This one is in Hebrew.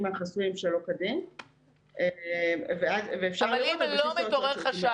מהחסויים שלא כדין --- אבל אם לא מתעורר חשד?